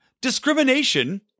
discrimination